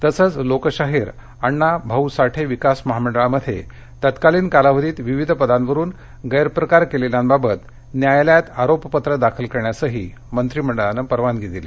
तसंच लोकशाहीर अण्णाभाऊ साठे विकास महामंडळामध्ये तत्कालीन कालावधीत विविध पदांवरुन गैरप्रकार केलेल्यांबाबत न्यायालयात दोषारोपपत्र दाखल करण्यास मंत्रिमंडळानं परवानगी दिली